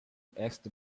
asked